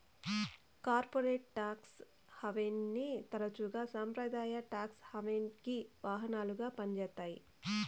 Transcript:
corporate tax హావెన్ని తరచుగా సంప్రదాయ టాక్స్ హావెన్కి వాహనాలుగా పంజేత్తాయి